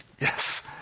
yes